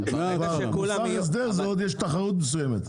במוסך הסדר עוד יש איזה תחרות מסוימת.